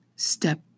Step